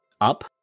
up